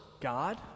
God